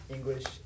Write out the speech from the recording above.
English